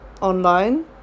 online